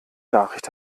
nachricht